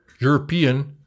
European